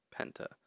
Penta